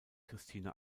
christina